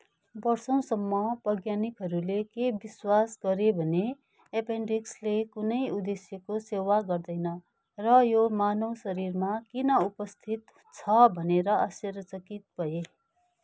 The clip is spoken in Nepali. वर्षौंसम्म वैज्ञानिकहरूले के विश्वास गरे भने एपेन्डिक्सले कुनै उद्देश्यको सेवा गर्दैन र यो मानव शरीरमा किन उपस्थित छ भनेर आश्चर्यचकित भए